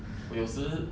我有时